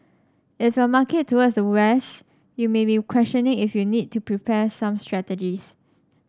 if your market towards the west you may be questioning if you need to prepare some strategies